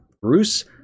Bruce